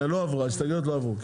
ההסתייגויות לא עברו.